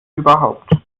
überhaupt